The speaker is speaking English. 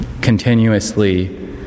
continuously